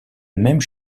même